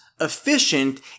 efficient